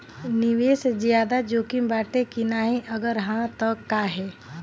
निवेस ज्यादा जोकिम बाटे कि नाहीं अगर हा तह काहे?